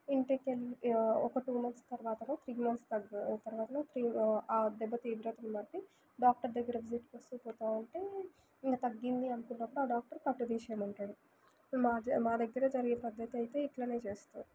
ఇంటికెళ్ళి ఒక two months తర్వాతనో త్రి మంత్స్ తరవాతనో తీ ఆ దెబ్బ తీవ్రతను బట్టి డాక్టర్ దగ్గర విజిట్ చేస్తూ పోతా ఉంటే ఇంక తగ్గింది అనుకున్నప్పుడు ఆ డాక్టర్ కట్టు తీసేయమంటాడు మాది మా దగ్గర జరిగే పద్ధతయితే ఇట్లనే చేస్తారు